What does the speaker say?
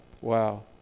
wow